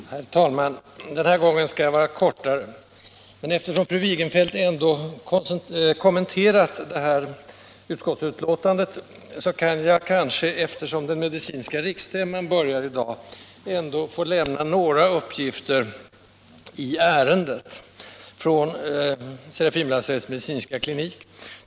Herr talman! Den här gången skall jag fatta mig kortare. Fru Wigenfeldt kommenterade utskottsbetänkandet och det ger mig anledning — eftersom medicinska riksstämman börjar i dag — lämna några uppgifter i ärendet från Serafimerlasarettets medicinska klinik.